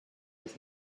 his